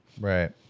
right